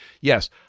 Yes